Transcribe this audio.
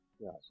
Yes